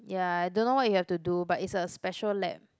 ya I don't know what you have to do but is a special lab